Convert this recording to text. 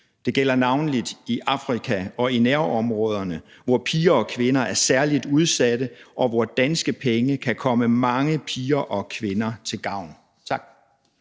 Det gælder navnlig i Afrika og i nærområderne, hvor piger og kvinder er særlig udsatte, og hvor danske penge kan komme mange piger og kvinder til gavn. Tak.